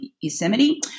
Yosemite